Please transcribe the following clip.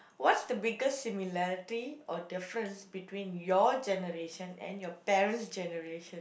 what's the biggest similarity or difference between your generation and your parent's generation